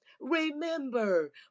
remember